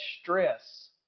stress